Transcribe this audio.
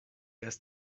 است